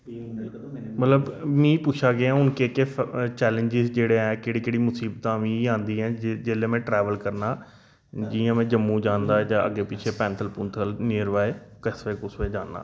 मतलब मीं पुच्छेआ गेआ कि केहड़े केहड़े चैलेंजस जेहड़े हैन केह्ड़ी केह्ड़ी मुसीबतां मीं आंदियां जेहलै में ट्रेबल करना जि'यां में जम्मू जन्नाै अग्गे पिच्छै पैंथल पैंथल नियर बाई कस्बे जाना